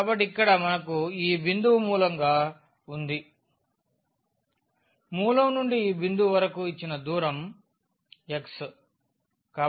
కాబట్టి ఇక్కడ మనకు ఈ బిందువు మూలంగా ఉంది మూలం నుండి ఈ బిందువు వరకు ఇచ్చిన దూరం x